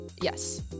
Yes